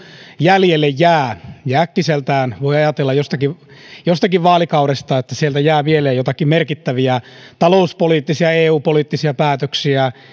jäljelle jää jää äkkiseltään voi ajatella että jostakin vaalikaudesta jää mieleen joitakin merkittäviä talouspoliittisia ja eu poliittisia päätöksiä